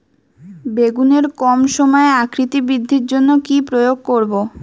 বেগুনের কম সময়ে আকৃতি বৃদ্ধির জন্য কি প্রয়োগ করব?